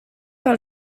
par